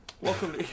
Welcome